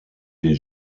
des